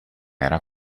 era